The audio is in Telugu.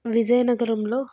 విజయనగరంలో